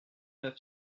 neuf